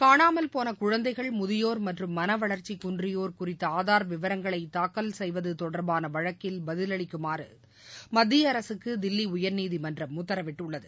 காணாமல் போன குழந்தைகள் முதியோர் மற்றும் மனவளர்ச்சி குன்றியோர் குறித்த ஆதார் விவரங்களை தாக்கல் செய்வது தொடர்பான வழக்கில் பதில் அளிக்குமாறு மத்திய அரசுக்கு தில்லி உயர்நீதிமன்றம் உத்தரவிட்டுள்ளது